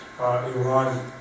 Iran